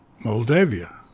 Moldavia